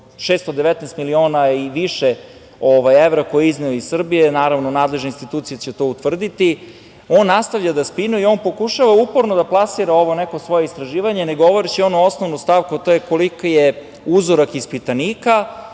619 miliona i više evra, koje je izneo iz Srbije, naravno, nadležne institucije će to utvrditi, on nastavlja da spinuje i on pokušava uporno da plasira ovo neko svoje istraživanje, ne govoreći onu osnovu stavku, a to je – koliki je uzorak ispitanika